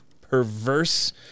perverse